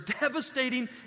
devastating